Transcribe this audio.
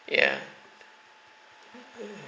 ya uh